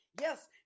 Yes